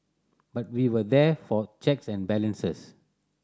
but we were there for checks and balances